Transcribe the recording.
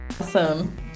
awesome